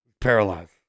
Paralyzed